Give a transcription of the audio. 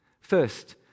First